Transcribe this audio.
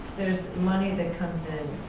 there's money that comes in,